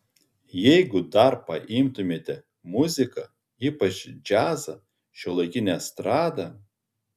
jeigu dar paimtumėme muziką ypač džiazą šiuolaikinę estradą